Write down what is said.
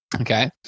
Okay